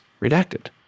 Redacted